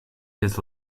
his